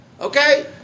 Okay